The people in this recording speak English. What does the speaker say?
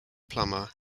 plummer